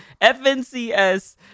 fncs